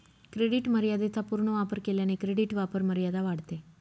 credit मर्यादेचा पूर्ण वापर केल्याने क्रेडिट वापरमर्यादा वाढते